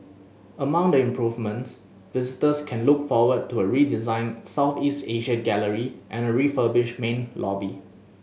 among the improvements visitors can look forward to a redesigned Southeast Asia gallery and a refurbished main lobby